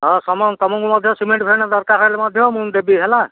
ହଁ ସମ ତୁମକୁ ମଧ୍ୟ ସିମେଣ୍ଟ ଫିମେଣ୍ଟ ଦରକାର ହେଲେ ମଧ୍ୟ ମୁଁ ଦେବି ହେଲା